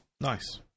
nice